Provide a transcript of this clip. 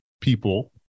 people